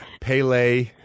Pele